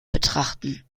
betrachten